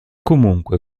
comunque